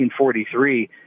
1943